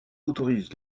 autorise